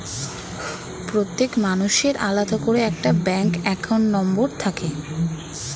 প্রত্যেক মানুষের আলাদা করে একটা ব্যাঙ্ক অ্যাকাউন্ট নম্বর থাকে